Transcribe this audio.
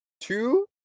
two